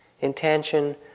intention